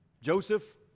Joseph